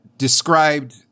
Described